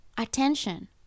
attention